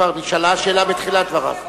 כבר נשאלה השאלה בתחילת דבריו.